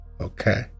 Okay